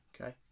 Okay